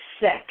sick